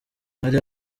hari